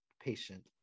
patient